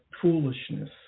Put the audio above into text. foolishness